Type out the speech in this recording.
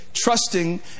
trusting